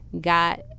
got